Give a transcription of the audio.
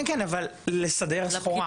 כן, כן, אבל לסדר סחורה.